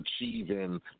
achieving